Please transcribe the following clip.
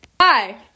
Hi